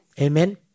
Amen